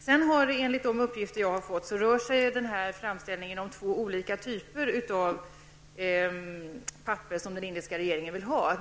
Enligt de uppgifter som jag har fått rör det sig om två olika typer av papper som den indiska regeringen vill ha.